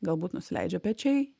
galbūt nusileidžia pečiai